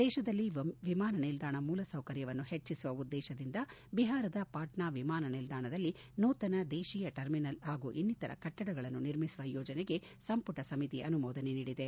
ದೇಶದಲ್ಲಿ ವಿಮಾನ ನಿಲ್ಲಾಣ ಮೂಲಸೌಕರ್ಯವನ್ನು ಹೆಚ್ಚಿಸುವ ಉದ್ಲೇಶದಿಂದ ಬಿಹಾರದ ಪಾಟ್ನಾ ವಿಮಾನ ನಿಲ್ಲಾಣದಲ್ಲಿ ನೂತನ ದೇತೀಯ ಟರ್ಮಿನಲ್ ಹಾಗೂ ಇನ್ನಿತರ ಕಟ್ಟಡಗಳ ನಿರ್ಮಿಸುವ ಯೋಜನೆಗೆ ಸಂಪುಟ ಸಮಿತಿ ಅನುಮೋದನೆ ನೀಡಿದೆ